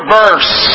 verse